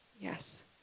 Yes